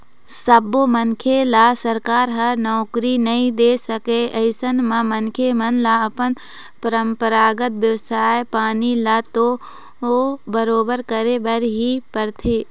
सब्बो मनखे ल सरकार ह नउकरी नइ दे सकय अइसन म मनखे मन ल अपन परपंरागत बेवसाय पानी ल तो बरोबर करे बर ही परथे